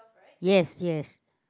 yes yes